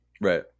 right